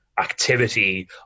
activity